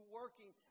working